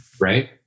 Right